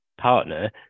partner